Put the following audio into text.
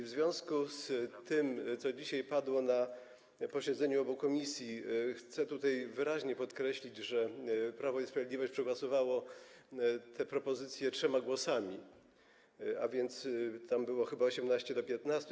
W związku z tym, co dzisiaj padło na posiedzeniu obu komisji, chcę tutaj wyraźnie podkreślić, że Prawo i Sprawiedliwość przegłosowało te propozycje trzema głosami, bo tam było chyba 18 do 15.